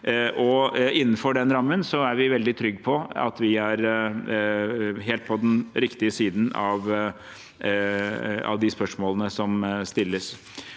Innenfor den rammen er vi veldig trygge på at vi er helt på den riktige siden, med tanke på de spørsmålene som stilles.